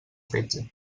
fetge